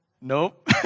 Nope